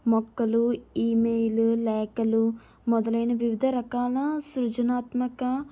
మొక్కలు ఇమెయిలు లేఖలు మొదలైన వివిధ రకాల సృజనాత్మక